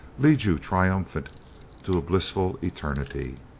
lead you triumphant to a blissful eternity.